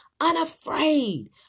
unafraid